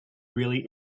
really